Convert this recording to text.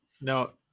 No